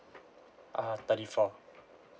err thirty four